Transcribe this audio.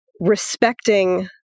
respecting